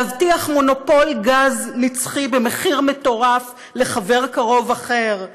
להבטיח מונופול גז נצחי במחיר מטורף לחבר קרוב אחר,